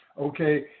Okay